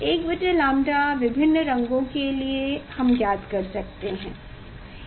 1बटे lambda विभिन्न रंगों के लिए हम ज्ञात करेंगे